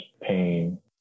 pain